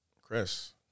Chris